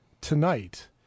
tonight